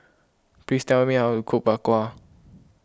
please tell me how to cook Bak Kwa